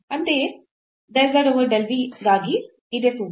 ಅಂತೆಯೇ del z over del v ಗಾಗಿ ಈಗ ಇದೇ ಸೂತ್ರ